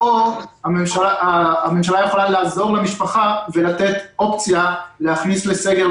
או הממשלה יכולה לעזור למשפחה ולתת אופציה להכניס לסגר,